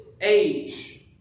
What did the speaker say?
age